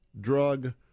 drug